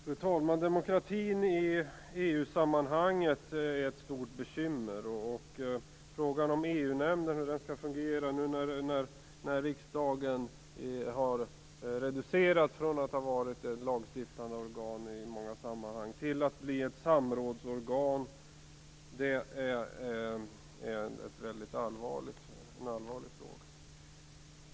Fru talman! Demokratin i EU-sammanhanget är ett stort bekymmer. Frågan om EU-nämnden och hur den skall fungera, nu när riksdagen har reducerats från att i många sammanhang ha varit ett lagstiftande organ till att bli ett samrådsorgan, är väldigt allvarlig.